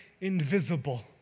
invisible